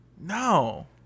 No